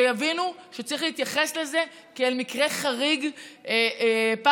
שיבינו שצריך להתייחס לזה כאל מקרה חריג פר-אקסלנס.